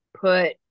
put